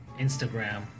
Instagram